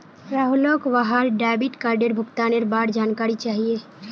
राहुलक वहार डेबिट कार्डेर भुगतानेर बार जानकारी चाहिए